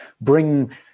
bring